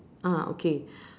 ah okay